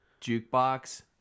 jukebox